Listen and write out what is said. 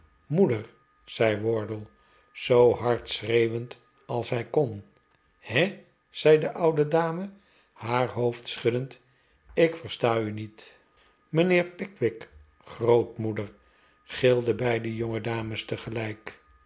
moeder zei wardle zoo hard schreeuwend als hij kon he zei de oude dame haar hoofd schuddend ik versfa u niet mijnheer pickwick grootmoeder gilden beide jongedames tegelijk